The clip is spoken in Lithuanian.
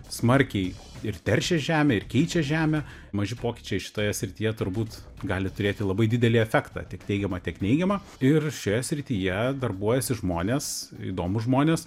smarkiai ir teršia žemę ir keičia žemę maži pokyčiai šitoje srityje turbūt gali turėti labai didelį efektą tiek teigiamą tiek neigiamą ir šioje srityje darbuojasi žmonės įdomūs žmonės